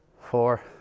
four